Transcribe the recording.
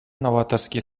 новаторские